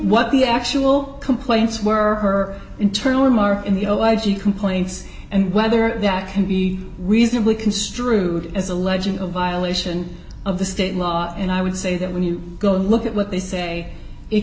what the actual complaints were her internal remark and you know why she complains and whether that can be reasonably construed as alleging a violation of the state law and i would say that when you go look at what they say